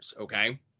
okay